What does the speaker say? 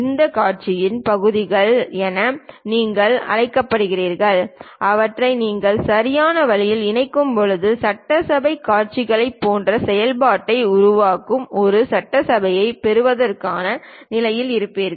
இந்த காட்சியின் பகுதிகள் என நீங்கள் அழைக்கப்படுகிறீர்கள் அவற்றை நீங்கள் சரியான வழியில் இணைக்கும்போது சட்டசபை கண்காட்சிகளைப் போன்ற செயல்பாட்டை உருவாக்கும் ஒரு சட்டசபையைப் பெறுவதற்கான நிலையில் இருப்பீர்கள்